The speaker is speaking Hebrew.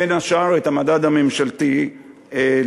בין השאר את המדד הממשלתי לציבור,